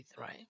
right